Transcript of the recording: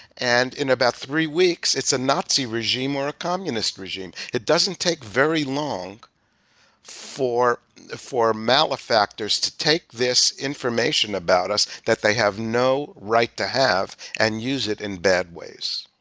and in about three weeks it's a nazi regime or a communist regime. it doesn't take very long for for malefactors to take this information about us that they have no right to have and use it in bad ways.